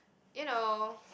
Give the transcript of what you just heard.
you know